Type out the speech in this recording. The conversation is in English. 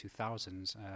2000s